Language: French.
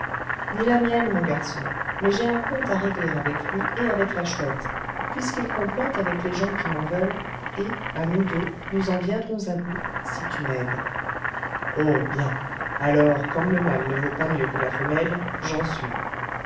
ni la mienne mon garçon mais j'ai un compte à régler avec lui et avec la chouette puisqu'ils complotent avec les gens qui m'en veulent et à nous deux nous en viendrons à bout si tu m'aides oh bien alors comme le mâle ne vaut pas mieux que la femelle j'en suis